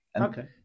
Okay